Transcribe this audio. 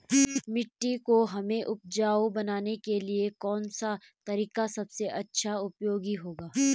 मिट्टी को हमें उपजाऊ बनाने के लिए कौन सा तरीका सबसे अच्छा उपयोगी होगा?